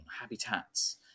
habitats